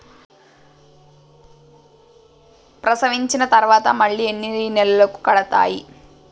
ప్రసవించిన తర్వాత మళ్ళీ ఎన్ని నెలలకు కడతాయి?